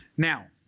now,